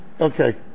Okay